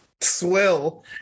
swill